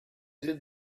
did